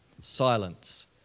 silence